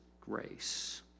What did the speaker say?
grace